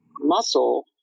muscle